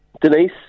Denise